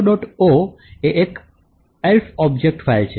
o એ એક ELF object file છે